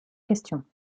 question